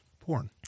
porn